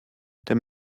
der